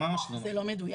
ממש לא נכון.